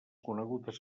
conegudes